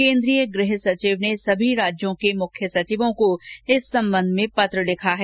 केन्द्रीय गृह सचिव ने समी राज्यों के मुख्य सचिवों को इस संबंध में पत्र लिखा है